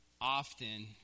often